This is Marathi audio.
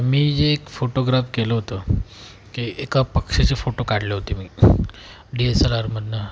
मी जे एक फोटोग्राफ केलं होतं की एका पक्ष्याचे फोटो काढले होते मी डि एस एल आरमधनं